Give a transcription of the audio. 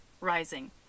rising